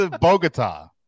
Bogota